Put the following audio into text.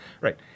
Right